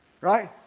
right